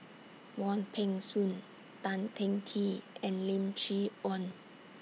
Wong Peng Soon Tan Teng Kee and Lim Chee Onn